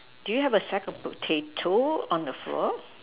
do you have a sack of potatoes on the floor